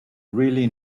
really